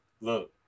look